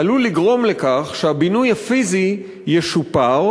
עלול לגרום לכך שהבינוי הפיזי ישופר